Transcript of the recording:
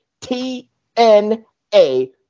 T-N-A